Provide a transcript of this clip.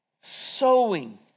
Sowing